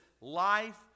life